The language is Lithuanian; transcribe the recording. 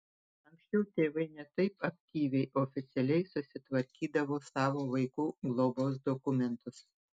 anksčiau tėvai ne taip aktyviai oficialiai susitvarkydavo savo vaikų globos dokumentus